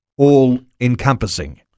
all-encompassing